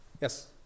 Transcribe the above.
yes